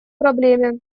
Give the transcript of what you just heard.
проблеме